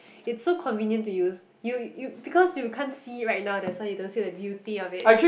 it's so convenient to use you you because you can't see right now that's why so you don't see the beauty of it